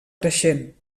creixent